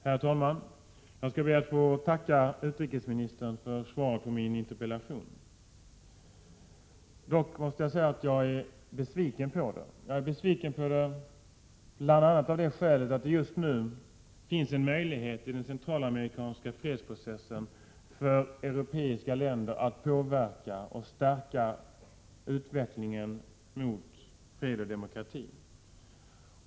Herr talman! Jag skall be att få tacka utrikesministern för svaret på min interpellation. Dock måste jag säga att jag är besviken på det, bl.a. av det skälet att det just nu i den centralamerikanska fredsprocessen finns en möjlighet för europeiska länder att påverka och stärka utvecklingen mot fred och demokrati.